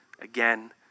again